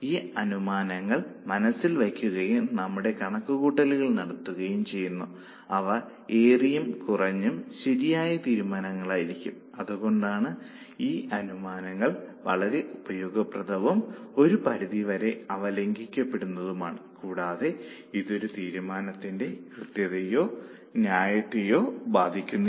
ഈ അനുമാനങ്ങൾ മനസ്സിൽ വയ്ക്കുകയും നമ്മളുടെ കണക്കുകൂട്ടലുകൾ നടത്തുകയും ചെയ്യുക അവ ഏറിയും കുറഞ്ഞും ശരിയായ തീരുമാനങ്ങളായിരിക്കും അതുകൊണ്ടാണ് ഈ അനുമാനങ്ങൾ വളരെ ഉപയോഗപ്രദവും ഒരു പരിധിവരെ അവ ലംഘിക്കപ്പെടുന്നതുമാണ് കൂടാതെ ഇതൊരു തീരുമാനത്തിന്റെ കൃത്യതയെയോ ന്യായത്തെയോ ബാധിക്കില്ല